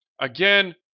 again